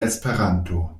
esperanto